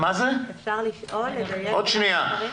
עוד רגע.